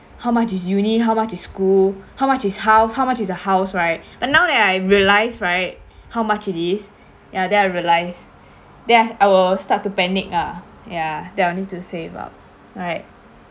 how much is uni how much is school how much is house how much is the house right but now that I realised right how much it is ya then I realised then I I will start to panic ah ya that I'll need to save up right